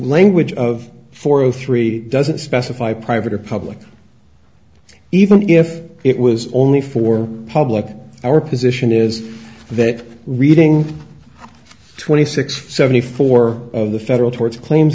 language of four zero three doesn't specify private or public even if it was only for public our position is that reading twenty six seventy four of the federal tort claims